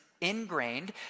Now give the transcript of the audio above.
ingrained